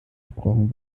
gesprochen